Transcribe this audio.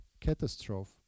catastrophe